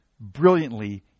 brilliantly